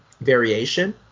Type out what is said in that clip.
variation